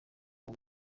ngo